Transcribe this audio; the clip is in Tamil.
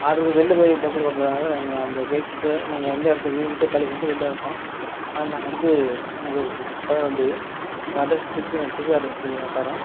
ஆட்ரு வெளில போய் பர்த் டே கொண்டாடுறதுனால அந்த கேக்கை நாங்கள் இருந்த இடத்த வீட வீட்டை காலி பண்ணிவிட்டு வெளில இருக்கோம் அதில் நாங்கள் வந்து அங்கே கொண்டாட முடியாது அந்த அட்ரஸ் திருப்பி புது அட்ரஸ் தெளிவாக தரேன்